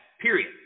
period